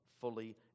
fully